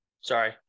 Sorry